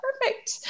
perfect